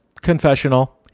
confessional